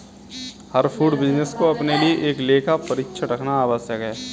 हर food business को अपने लिए एक लेखा परीक्षक रखना आवश्यक है